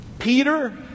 Peter